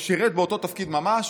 ששירת באותו תפקיד ממש,